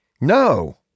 No